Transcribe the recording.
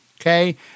okay